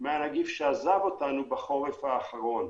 הנגיף שעזב אותנו בחורף האחרון,